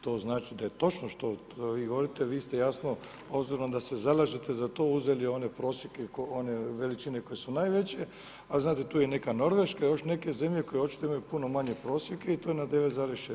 To znači da je točno to što vi govorite, vi ste jasno, obzirom da se zalažete za to uzeli one veličine koje su najveće, a znate tu je i neka Norveška i još neke zemlje koje očito imaju puno manje prosjeke i to je na 9,6.